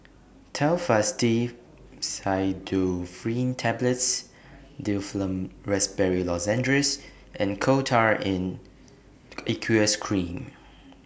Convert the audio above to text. Telfast D Pseudoephrine Tablets Difflam Raspberry Lozenges and Coal Tar in Aqueous Cream